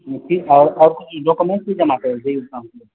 ठीक हँ आओर ई डॉक्यूमेंट जमा करैला पड़तै